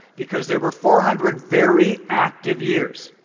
because they were four hundred very active years.